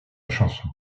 chanson